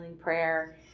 prayer